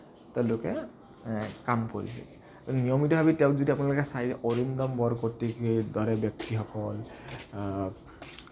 তেওঁলোকে কাম কৰিছে নিয়মিতভাৱে তেওঁক যদি আপোনালোকে চাই অৰিন্দম বৰকটকীৰ দৰে ব্যক্তিসকল